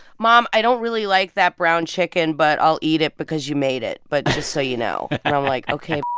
mom, i don't really like that brown chicken, but i'll eat it because you made it. but just so you know. and i'm like, ok,